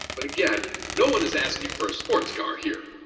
but again no one is asking for a sports car here.